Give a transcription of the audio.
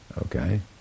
okay